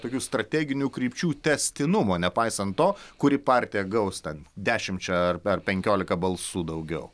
tokių strateginių krypčių tęstinumo nepaisant to kuri partija gaus ten dešimčia ar ar penkiolika balsų daugiau